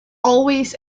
always